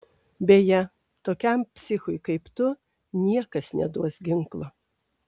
beje tokiam psichui kaip tu niekas neduos ginklo